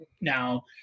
now